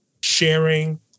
sharing